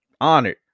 honored